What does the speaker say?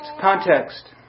Context